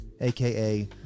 aka